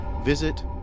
visit